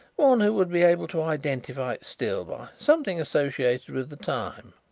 one who would be able to identify it still by something associated with the time.